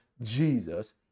Jesus